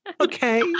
Okay